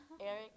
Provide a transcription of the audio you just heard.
Eric